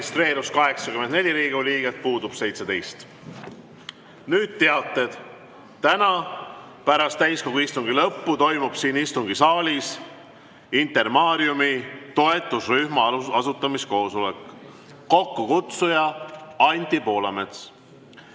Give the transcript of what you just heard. registreerus 84 Riigikogu liiget, puudub 17.Nüüd teated. Täna pärast täiskogu istungi lõppu toimub siin istungisaalis Intermariumi toetusrühma asutamiskoosolek. Kokkukutsuja Anti Poolamets. Head